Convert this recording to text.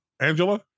Angela